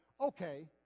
okay